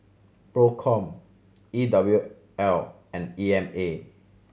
Procom E W L and E M A